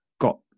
got